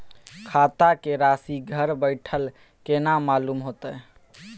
खाता के राशि घर बेठल केना मालूम होते?